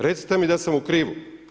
Recite mi da sam u krivu.